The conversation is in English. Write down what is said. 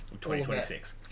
2026